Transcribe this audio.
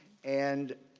and,